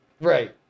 Right